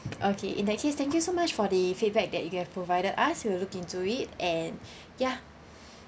okay in that case thank you so much for the feedback that you have provided us we'll look into it and ya